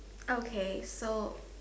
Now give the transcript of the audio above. okay so